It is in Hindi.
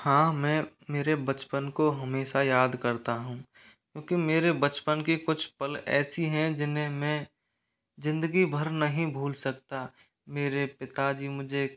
हाँ मैं मेरे बचपन को हमेशा याद करता हूँ क्योंकि मेरे बचपन की कुछ पल ऐसी हैं जिन्हें मैं जिंदगी भर नहीं भूल सकता मेरे पिता जी मुझे